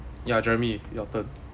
ya jeremy your turn